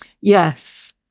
Yes